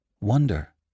wonder